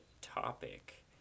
topic